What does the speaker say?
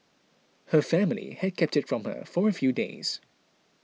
her family had kept it from her for a few days